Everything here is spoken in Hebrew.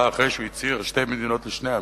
אחרי שהוא הצהיר "שתי מדינות לשני עמים"?